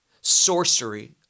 sorcery